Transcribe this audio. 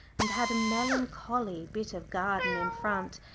and had a melancholy bit of garden in front,